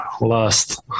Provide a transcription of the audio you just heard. last